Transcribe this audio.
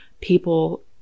people